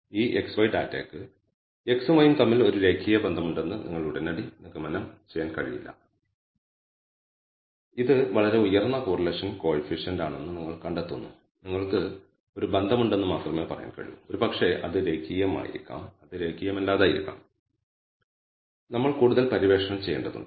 ഈ x y ഡാറ്റയ്ക്ക് x ഉം y ഉം തമ്മിൽ ഒരു രേഖീയ ബന്ധമുണ്ടെന്ന് നിങ്ങൾക്ക് ഉടനടി നിഗമനം ചെയ്യാൻ കഴിയില്ല ഇത് വളരെ ഉയർന്ന കോറിലേഷൻ കോയിഫിഷ്യന്റ് ആണെന്ന് നിങ്ങൾ കണ്ടെത്തുന്നു നിങ്ങൾക്ക് ഒരു ബന്ധമുണ്ടെന്ന് മാത്രമേ പറയാൻ കഴിയൂ ഒരുപക്ഷേ അത് രേഖീയമായിരിക്കാം അത് രേഖീയമല്ലാത്തതായിരിക്കാം നമ്മൾ കൂടുതൽ പര്യവേക്ഷണം ചെയ്യേണ്ടതുണ്ട്